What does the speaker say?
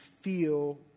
feel